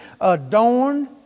adorned